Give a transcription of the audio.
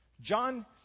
John